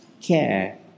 care